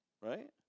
right